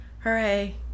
Hooray